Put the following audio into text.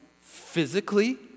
physically